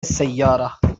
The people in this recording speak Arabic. السيارة